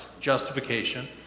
justification